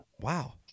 wow